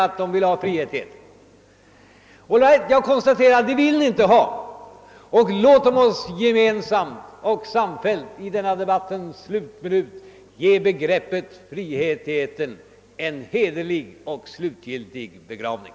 Ail right, jag konstaterar då att ni inte vill ha frihet i etern. Låtom oss då gemensamt och samfällt i denna debattens slutminut ge begreppet frihet i etern en hederlig och slutgiltig begravning.